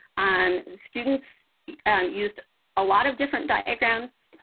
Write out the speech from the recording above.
um students used a lot of different diagrams.